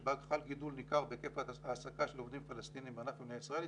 שבה חל גידול ניכר בהיקף ההעסקה של עובדים פלסטינים בענף הבנייה בישראל,